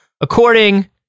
According